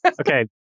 Okay